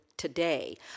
today